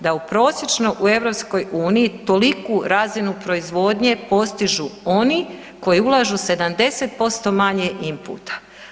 Da u prosječno u EU, toliku razinu proizvodnje postižu oni koji ulažu 70% manje inputa.